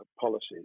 policies